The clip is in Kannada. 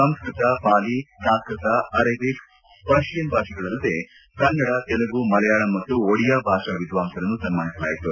ಸಂಸ್ವತ ಪಾಲಿ ಪ್ರಾಕೃತ ಅರಾಬಿಕ್ ಪರ್ಷಿಯನ್ ಭಾಷೆಗಳಲ್ಲದೆ ಕನ್ನಡ ತೆಲುಗು ಮಲಯಾಳಂ ಮತ್ತು ಒಡಿಯಾ ಭಾಷಾ ವಿದ್ವಾಂಸರನ್ನು ಸನ್ಮಾನಿಸಲಾಯಿತು